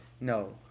No